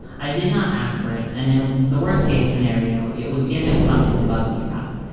i did not ask for it. and in the worst case scenario, it would give him something to bug me about.